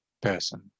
person